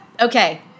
okay